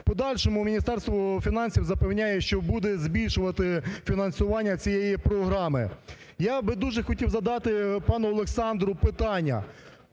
В подальшому Міністерство фінансів запевняє, що буде збільшувати фінансування цієї програми. Я би дуже хотів задати пану Олександру питання,